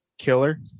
Killer